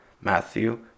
Matthew